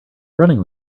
running